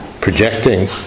projecting